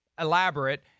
elaborate